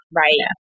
right